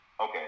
Okay